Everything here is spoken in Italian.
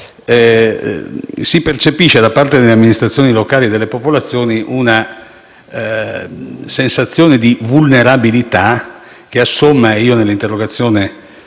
si percepisce da parte delle amministrazioni locali e delle popolazioni una sensazione di vulnerabilità. Ciò si assomma - come ho accennato nell'interrogazione